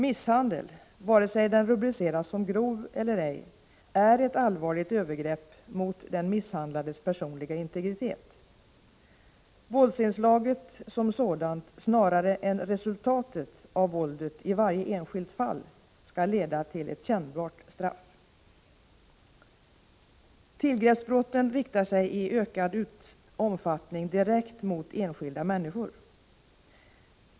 Misshandel, vare sig den rubriceras som grov eller ej, är ett allvarligt övergrepp mot den misshandlades personliga integritet. Våldsinslaget som sådant snarare än resultatet av våldet i varje enskilt fall skall leda till ett kännbart straff. Tillgreppsbrotten riktar sig i ökad omfattning direkt mot enskilda människor.